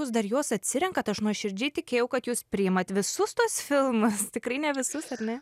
jūs dar juos atsirenkat aš nuoširdžiai tikėjau kad jūs priimat visus tuos filmus tikrai ne visus ar ne